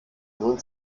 nun